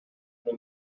from